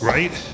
Right